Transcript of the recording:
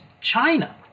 China